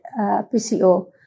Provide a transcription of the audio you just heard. PCO